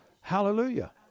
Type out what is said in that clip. Hallelujah